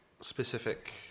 specific